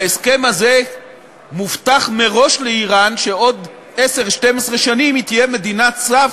בהסכם הזה מובטח מראש לאיראן שעוד 10 12 שנים היא תהיה מדינת סף